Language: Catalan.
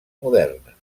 moderna